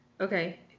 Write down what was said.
okay